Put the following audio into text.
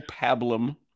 pablum